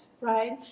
right